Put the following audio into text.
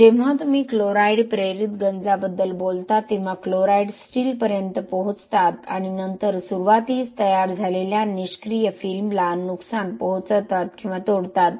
जेव्हा तुम्ही क्लोराईड प्रेरित गंजाबद्दल बोलता तेव्हा क्लोराईड स्टीलपर्यंत पोहोचतात आणि नंतर सुरुवातीस तयार झालेल्या निष्क्रिय फिल्मला नुकसान पोहोचवतात किंवा तोडतात